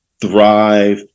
thrive